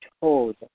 told